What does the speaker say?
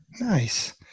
Nice